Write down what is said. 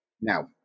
now